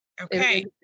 Okay